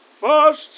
first